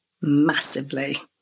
massively